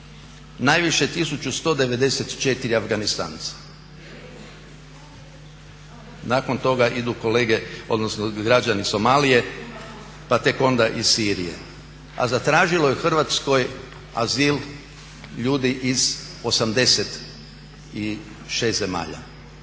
najviše 1 194 Afganistanca. Nakon toga idu kolege, odnosno građani Somalije, pa tek onda iz Sirije. A zatražilo je u Hrvatskoj azil ljudi iz 86 zemalja